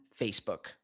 Facebook